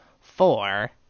four